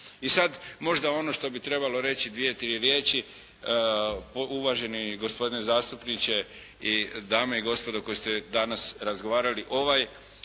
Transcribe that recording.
I sad možda ono što bi trebalo reći dvije, tri riječi. Uvaženi gospodine zastupniče, dame i gospodo koji ste danas razgovarali. Ovaj